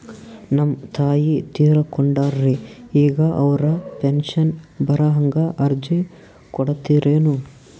ನಮ್ ತಾಯಿ ತೀರಕೊಂಡಾರ್ರಿ ಈಗ ಅವ್ರ ಪೆಂಶನ್ ಬರಹಂಗ ಅರ್ಜಿ ಕೊಡತೀರೆನು?